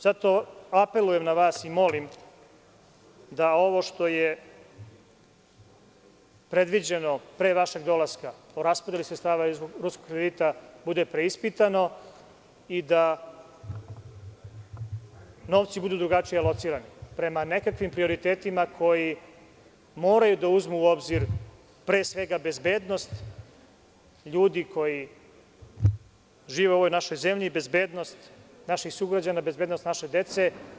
Zato apelujem na vas i molim da ovo što je predviđeno pre vašeg dolaska o raspodeli sredstava iz ruskog kredita bude preispitano i da novci budu drugačije locirani, prema nekakvim prioritetima koji moraju da uzmu u obzir pre svega bezbednost ljudi koji žive u ovoj našoj zemlji, bezbednost naših sugrađana, bezbednost naše dece.